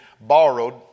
borrowed